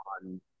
on